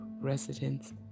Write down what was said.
residents